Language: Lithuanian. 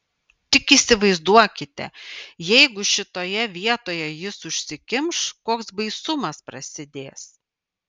tik įsivaizduokite jeigu šitoje vietoje jis užsikimš koks baisumas prasidės